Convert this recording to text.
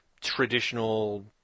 traditional